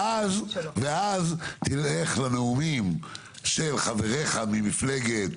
ואז תלך נאומים של חבריך ממפלגת